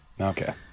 Okay